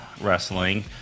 Wrestling